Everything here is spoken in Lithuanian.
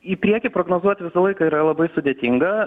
į priekį prognozuoti visą laiką yra labai sudėtinga